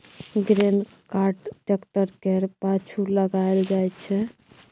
grain cart tractor केर पाछु लगाएल जाइ छै